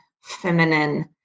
feminine